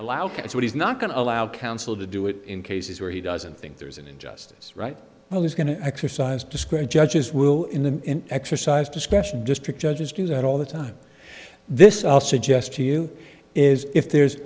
so he's not going to allow counsel to do it in cases where he doesn't think there's an injustice right now he's going to exercise discretion judges will in the exercise discretion district judges do that all the time this i'll suggest to you is if there's